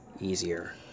easier